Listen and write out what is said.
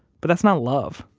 but that's not love,